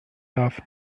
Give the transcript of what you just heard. darf